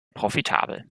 profitabel